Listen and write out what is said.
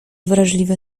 wrażliwe